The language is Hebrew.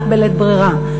רק בלית ברירה.